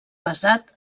basat